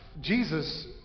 Jesus